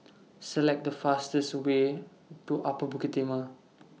Select The fastest Way to Upper Bukit Timah